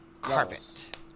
carpet